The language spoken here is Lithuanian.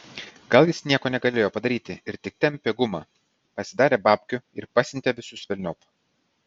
gal jis nieko negalėjo padaryti ir tik tempė gumą pasidarė babkių ir pasiuntė visus velniop